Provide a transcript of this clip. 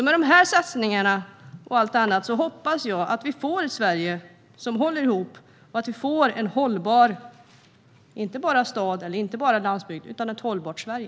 Med de här satsningarna och allt annat hoppas jag att vi får ett Sverige som håller ihop, att vi inte bara får en hållbar stad och inte bara en hållbar landsbygd utan ett hållbart Sverige.